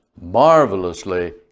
marvelously